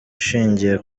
ishingiye